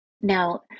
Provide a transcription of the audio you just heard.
Now